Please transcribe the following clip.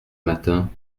matin